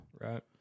Right